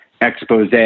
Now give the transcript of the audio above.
expose